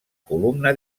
columna